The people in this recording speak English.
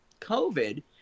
COVID